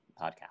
podcast